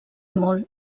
molt